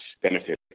benefit